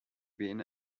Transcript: been